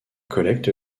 collecte